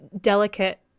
Delicate